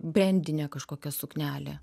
brendinė kažkokia suknelė